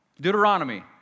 Deuteronomy